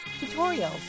tutorials